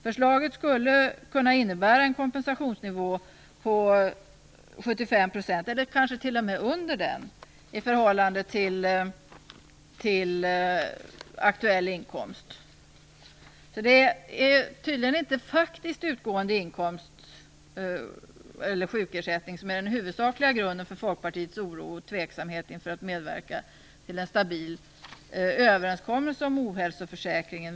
Förslaget skulle kunna innebära en kompensationsnivå på 75 %, eller kanske t.o.m. lägre, i förhållande till aktuell inkomst. Det är tydligen inte faktiskt utgående inkomst eller sjukersättning som är den huvudsakliga grunden för Folkpartiets oro och tvekan inför att medverka till en stabil överenskommelse om ohälsoförsäkringen.